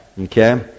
okay